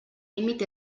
límit